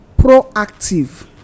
proactive